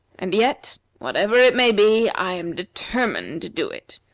and yet, whatever it may be, i am determined to do it.